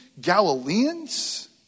Galileans